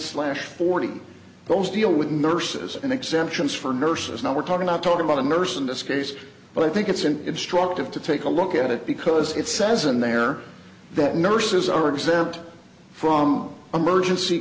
slash forty those deal with nurses and exemptions for nurses now we're talking not talking about a nurse in this case but i think it's an instructive to take a look at it because it says in there that nurses are exempt from emergency